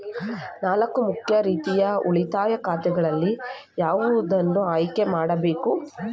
ನಾಲ್ಕು ಮುಖ್ಯ ರೀತಿಯ ಉಳಿತಾಯ ಖಾತೆಗಳಲ್ಲಿ ಯಾವುದನ್ನು ಆಯ್ಕೆ ಮಾಡಬೇಕು?